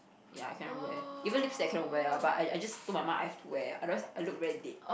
ya I cannot wear even lipstick I cannot wear eh but I I just told my mum I have to wear otherwise I look very dead